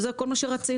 וזה כל מה שרצינו.